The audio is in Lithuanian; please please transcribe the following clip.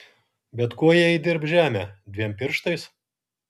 bet kuo jie įdirbs žemę dviem pirštais